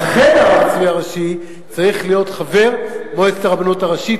לכן הרב הצבאי הראשי צריך להיות חבר מועצת הרבנות הראשית.